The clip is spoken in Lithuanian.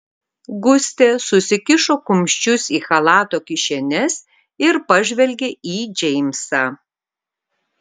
gustė susikišo kumščius į chalato kišenes ir pažvelgė į džeimsą